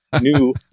new